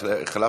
החלפתם?